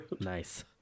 Nice